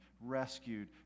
rescued